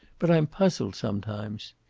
but i'm puzzled sometimes.